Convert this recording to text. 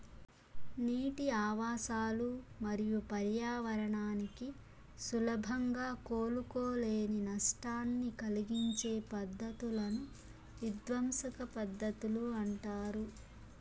నీటి ఆవాసాలు మరియు పర్యావరణానికి సులభంగా కోలుకోలేని నష్టాన్ని కలిగించే పద్ధతులను విధ్వంసక పద్ధతులు అంటారు